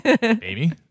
Baby